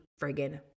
friggin